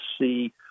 see